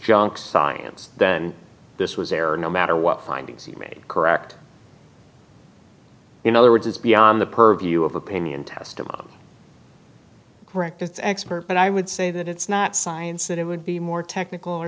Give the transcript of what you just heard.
junk science then this was error no matter what findings he made correct in other words it's beyond the purview of opinion testimony correct it's expert but i would say that it's not science that it would be more technical or